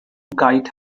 guide